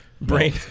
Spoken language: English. brain